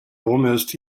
almost